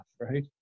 right